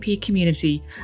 community